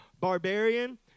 barbarian